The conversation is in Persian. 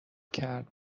کرد